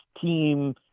team